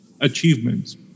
achievements